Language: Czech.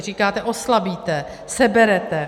Říkáte oslabíte, seberete.